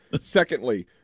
Secondly